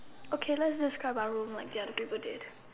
okay let's just over our room like the other people did